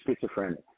schizophrenic